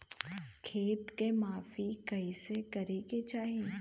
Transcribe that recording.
खेत के माफ़ी कईसे करें के चाही?